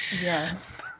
Yes